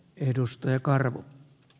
arvoisa puhemies